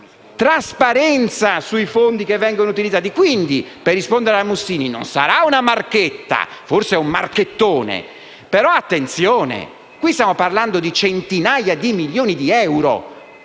trasparenza sui fondi che vengono utilizzati. Quindi, per rispondere alla senatrice Mussini, non sarà una marchetta, forse è un marchettone. Però, attenzione, qui stiamo parlando di centinaia di milioni di euro,